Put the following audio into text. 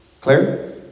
Claire